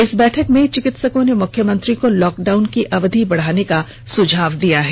इस बैठक में चिकित्सकों ने मुख्यमंत्री को लॉक डाउन की अवधि बढाने का सुझाव दिया है